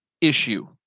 issue